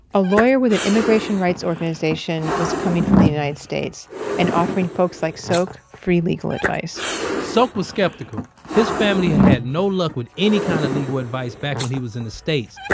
a lawyer with an immigration rights organization was coming from the united states and offering folks like sok free legal advice sok was skeptical. his family had had no luck with any kind of legal advice back when he was in the states.